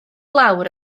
lawr